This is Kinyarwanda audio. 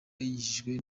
yigishijwe